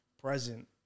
present